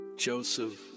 Joseph